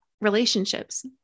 relationships